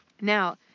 Now